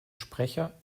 sprecher